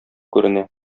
күренә